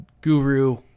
guru